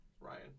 Ryan